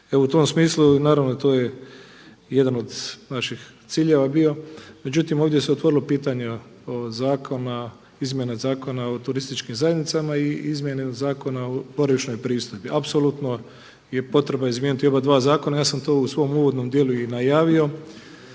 u tom smislu i naravno to je jedan od naših ciljeva bio. Međutim, ovdje se otvorilo pitanje od zakona, izmjena Zakona o turističkim zajednicama i izmjene Zakona o boravišnoj pristojbi. Apsolutno je potrebno izmijeniti oba dva zakona. Ja sam to i u svom uvodnom dijelu i najavio